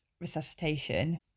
resuscitation